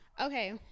Okay